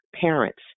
parents